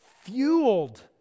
fueled